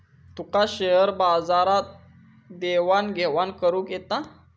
तुका share बाजारात देवाण घेवाण करुक येता?